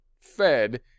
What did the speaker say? Fed